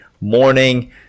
morning